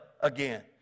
again